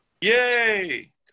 Yay